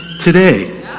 today